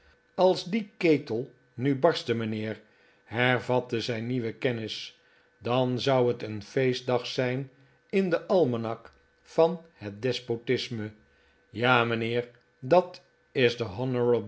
ais die ketel nu barstte mijnheer hervatte zijn nieuwe kennis m dan zou het een feestdag zijn in den almanak van het despotisme ja mijnheer dat is de